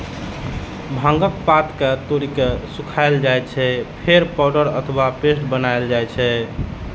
भांगक पात कें तोड़ि के सुखाएल जाइ छै, फेर पाउडर अथवा पेस्ट बनाएल जाइ छै